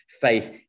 faith